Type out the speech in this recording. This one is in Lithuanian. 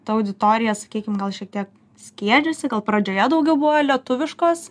ta auditorija sakykim gal šiek tiek skiedžiasi gal pradžioje daugiau buvo lietuviškos